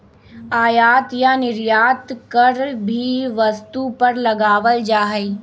आयात या निर्यात कर भी वस्तु पर लगावल जा हई